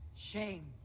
Shame